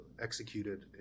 executed